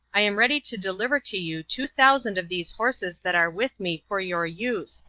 i am ready to deliver to you two thousand of these horses that are with me for your use,